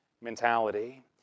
mentality